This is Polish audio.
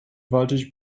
walczyli